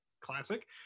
classic